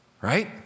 Right